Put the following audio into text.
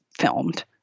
filmed